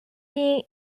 being